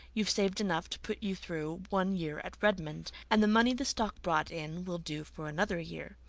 you've saved enough to put you through one year at redmond and the money the stock brought in will do for another year.